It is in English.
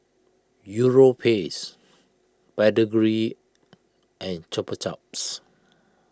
Europace Pedigree and Chupa Chups